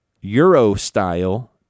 Euro-style